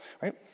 right